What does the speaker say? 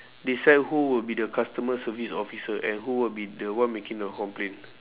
decide who would be the customer service officer and who would be the one making the complaint